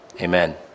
Amen